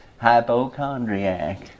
Hypochondriac